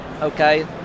okay